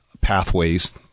pathways